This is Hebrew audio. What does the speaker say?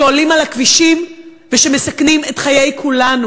שעולים על הכבישים ושמסכנים את חיי כולנו?